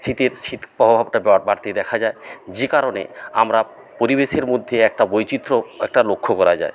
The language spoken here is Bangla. শীতের শীত প্রভাবটা বাড়তে দেখা যায় যে কারণে আমরা পরিবেশের মধ্যে একটা বৈচিত্র্য একটা লক্ষ্য করা যায়